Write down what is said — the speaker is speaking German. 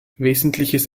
wesentliches